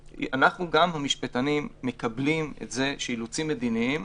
המשפטנים מקבלים את זה שאילוצים מדיניים,